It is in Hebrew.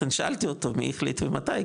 לכן שאלתי אותו מי החליט ומתי,